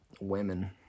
women